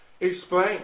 explain